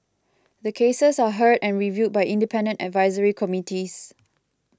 the cases are heard and reviewed by independent advisory committees